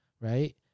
right